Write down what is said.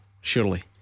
Surely